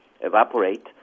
evaporate